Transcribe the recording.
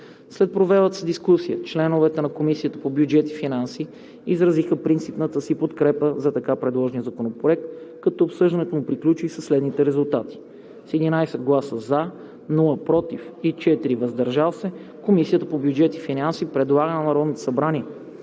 След провелата се дискусия членовете на Комисията по бюджет и финанси изразиха принципната си подкрепа за така предложения законопроект, като обсъждането му приключи със следните резултати: С 11 гласа „за“, без „против“ и 4 „въздържал се“ Комисията по бюджет и финанси предлага на Народното събрание